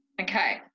Okay